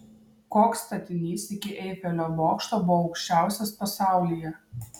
koks statinys iki eifelio bokšto buvo aukščiausias pasaulyje